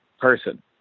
person